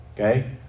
okay